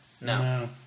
No